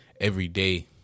everyday